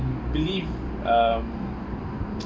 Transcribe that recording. believe um